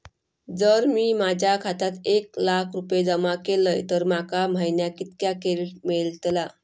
जर मी माझ्या खात्यात एक लाख रुपये जमा केलय तर माका महिन्याक कितक्या क्रेडिट मेलतला?